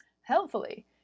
Helpfully